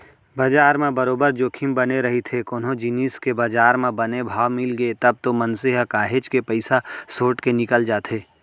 बजार म बरोबर जोखिम बने रहिथे कोनो जिनिस के बजार म बने भाव मिलगे तब तो मनसे ह काहेच के पइसा सोट के निकल जाथे